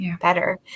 better